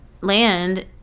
land